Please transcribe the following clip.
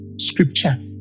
scripture